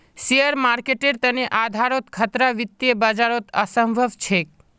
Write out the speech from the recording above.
share मार्केटेर तने आधारोत खतरा वित्तीय बाजारत असम्भव छेक